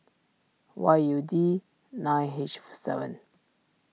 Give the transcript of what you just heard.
Y U D nine achieve seven